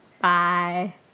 Bye